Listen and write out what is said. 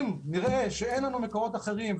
אם נראה שאין לנו מקורות אחרים,